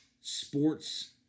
sports